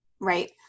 right